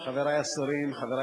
בבקשה.